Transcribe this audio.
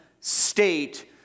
state